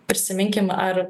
prisiminkim ar